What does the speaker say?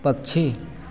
पक्षी